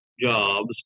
jobs